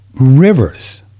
rivers